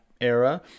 era